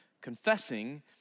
confessing